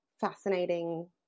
fascinating